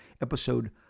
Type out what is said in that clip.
episode